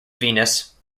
venus